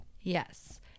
yes